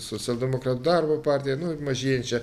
socialdemokratų darbo partija nu mažėjančia